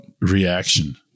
reaction